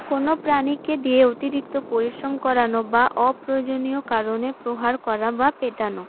কোন প্রাণীকে দিয়ে অতিরিক্ত পরিশ্রম করানো বা অপ্রয়োজনীয় কারণে প্রহার করা বা পেটানো